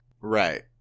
Right